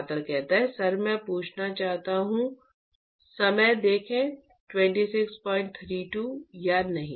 छात्र सर मैं पूछना चाहता हूं या नहीं